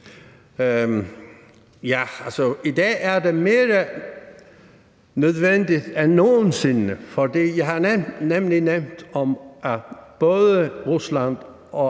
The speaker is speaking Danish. i dag er det mere nødvendigt end nogen sinde, for som jeg nemlig nævnte, møder både Rusland og